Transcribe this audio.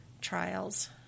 trials